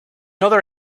other